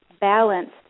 balanced